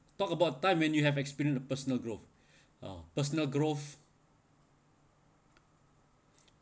talk about time when you have experienced the personal growth uh personal growth